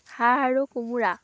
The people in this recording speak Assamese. হাঁহ আৰু কোমোৰা